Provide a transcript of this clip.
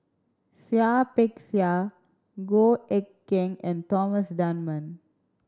Seah Peck Seah Goh Eck Kheng and Thomas Dunman